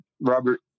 Robert